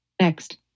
Next